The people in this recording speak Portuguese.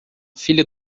filha